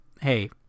hey